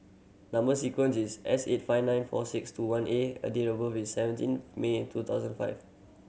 number sequence is S eight five nine four six two one A a date of birth is seventeen May two thousand five